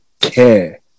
care